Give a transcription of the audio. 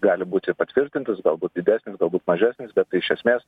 gali būti patvirtintas galbūt didesnis galbūt mažesnis bet iš esmės